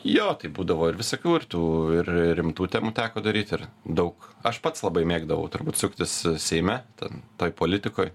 jo tai būdavo ir visokių ir tų ir rimtų temų teko daryt ir daug aš pats labai mėgdavau turbūt suktis seime ten toj politikoj